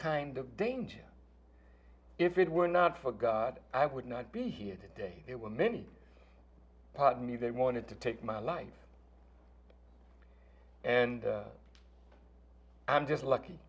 kind of danger if it were not for god i would not be here today there were many pardon me they wanted to take my life and i'm just lucky